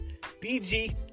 BG